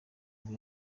ngo